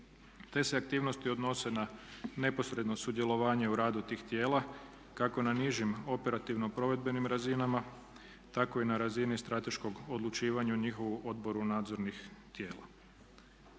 Te se aktivnosti odnose na neposredno sudjelovanje u radu tih tijela kako na nižim operativno provedbenim razinama, tako i na razini strateškog odlučivanja u njihovu odboru nadzornih tijela.